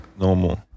normal